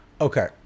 Okay